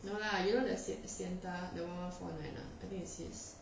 no lah you know xyanda the one one four nine one I think is his